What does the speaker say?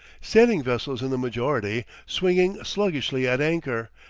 sailing vessels in the majority, swinging sluggishly at anchor,